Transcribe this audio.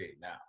now